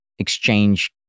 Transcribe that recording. exchange